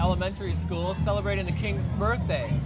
elementary school celebrating the king's birthday